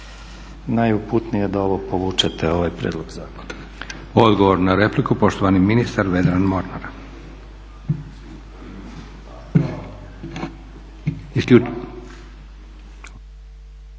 najuputnije da ovo povučete ovaj prijedlog zakona. **Leko, Josip (SDP)** Odgovor na repliku poštovani ministar Vedran Mornar.